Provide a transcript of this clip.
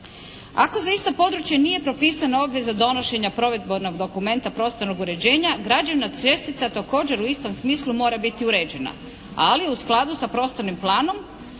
Ako za isto područje nije propisana obveza donošenja provedbenog dokumenta prostornog uređenja građevna čestica također u istom smislu mora biti uređena, ali u skladu sa prostornim planom